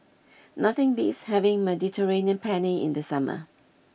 nothing beats having Mediterranean Penne in the summer